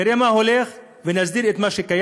נראה מה הולך ונסדיר את מה שקיים,